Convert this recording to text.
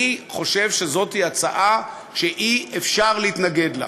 אני חושב שזאת הצעה שאי-אפשר להתנגד לה.